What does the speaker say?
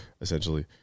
essentially